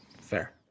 Fair